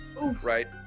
right